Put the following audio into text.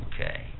okay